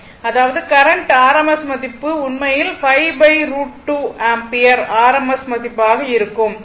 அதாவது current RMS மதிப்பு உண்மையில் 5√2 ஆம்பியர் RMS மதிப்பாக இருக்கும்